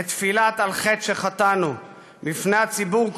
את תפילת "על חטא שחטאנו" בפני הציבור כולו.